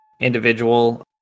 individual